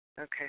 Okay